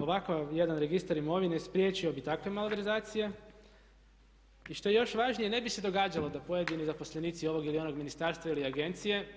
Ovakav jedan registar imovine spriječio bi takve malverzacije i što je još važnije ne bi se događalo da pojedini zaposlenici i ovog ili onog ministarstva ili agencije